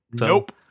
Nope